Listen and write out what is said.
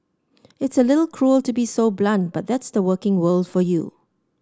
it's a little cruel to be so blunt but that's the working world for you